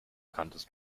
kanntest